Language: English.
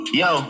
yo